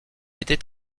était